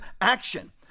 action